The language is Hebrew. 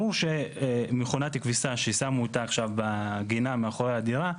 ברור שמכונת כביסה ששמו אותה עכשיו בגינה מאחורי הדירה,